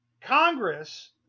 Congress